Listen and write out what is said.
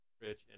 Rich